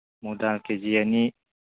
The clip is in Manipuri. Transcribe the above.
ꯃꯣꯏꯗꯥ ꯀꯦ ꯖꯤ ꯑꯅꯤ